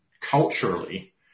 culturally